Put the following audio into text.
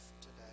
today